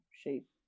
shape